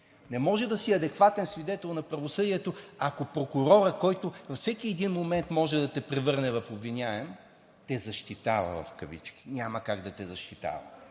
Не може да си адекватен свидетел на правосъдието, ако прокурорът, който във всеки един момент може да те превърне в обвиняем, те защитава в кавички. Няма как да те защитава,